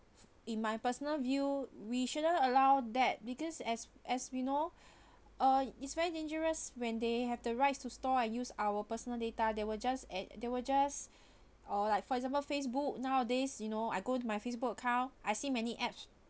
in my personal view we shouldn't allow that because as as we know uh it's very dangerous when they have the rights to store and use our personal data they will just a~ they will just or like for example facebook nowadays you know I go to my facebook account I see many apps